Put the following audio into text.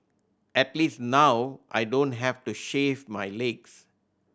at least now I don't have to shave my legs